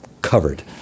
covered